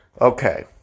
Okay